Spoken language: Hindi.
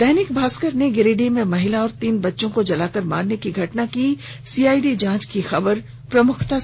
दैनिक भास्कर ने गिरिडीह में महिला और तीन बच्चों को जलाकर मारने की घटना की सीआईडी जांच की खबर को प्रमुखता दी है